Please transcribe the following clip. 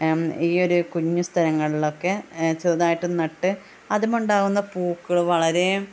ഈയൊരു കുഞ്ഞ് സ്ഥലങ്ങളിലൊക്കെ ചെറുതായിട്ട് നട്ട് അതിന്മേൽ ഉണ്ടാവുന്ന പൂക്കൾ വളരെ